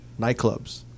nightclubs